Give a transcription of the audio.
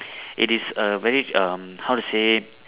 it is a very um how to say